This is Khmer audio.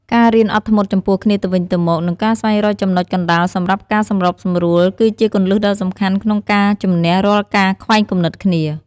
ការរៀនអត់ធ្មត់ចំពោះគ្នាទៅវិញទៅមក និងការស្វែងរកចំណុចកណ្តាលសម្រាប់ការសម្របសម្រួល គឺជាគន្លឹះដ៏សំខាន់ក្នុងការជម្នះរាល់ការខ្វែងគំនិតគ្នា។